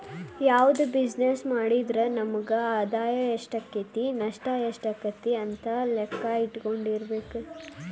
ಯಾವ್ದ ಬಿಜಿನೆಸ್ಸ್ ಮಾಡಿದ್ರು ನಮಗ ಆದಾಯಾ ಎಷ್ಟಾಕ್ಕತಿ ನಷ್ಟ ಯೆಷ್ಟಾಕ್ಕತಿ ಅಂತ್ ಲೆಕ್ಕಾ ಇಟ್ಕೊಂಡಿರ್ಬೆಕು